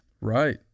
right